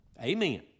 Amen